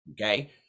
Okay